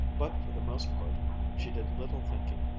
but for the most part she did little thinking,